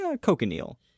cochineal